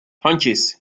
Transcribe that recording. hunches